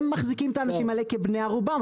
הם מחזיקים את האנשים האלה כבני ערובה,